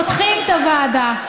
פותחים את הוועדה.